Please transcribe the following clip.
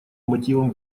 мотивам